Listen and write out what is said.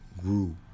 grew